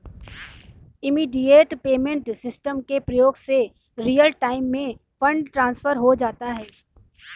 immediate payment system के प्रयोग से रियल टाइम में फंड ट्रांसफर हो जाता है